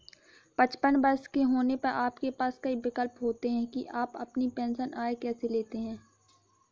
पचपन वर्ष के होने पर आपके पास कई विकल्प होते हैं कि आप अपनी पेंशन आय कैसे लेते हैं